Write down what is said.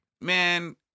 man